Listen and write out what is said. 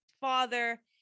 father